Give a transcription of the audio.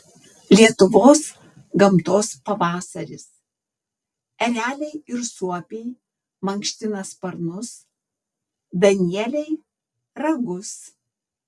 lietuvos gamtos pavasaris ereliai ir suopiai mankština sparnus danieliai ragus